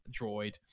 droid